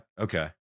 okay